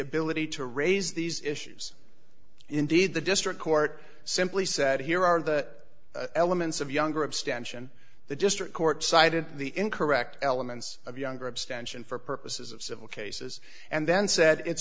ability to raise these issues indeed the district court simply said here are the elements of younger abstention the district court cited the incorrect elements of younger abstention for purposes of civil cases and then said it's